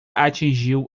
atingiu